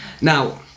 Now